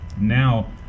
Now